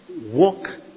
Walk